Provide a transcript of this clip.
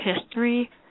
history